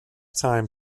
time